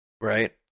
right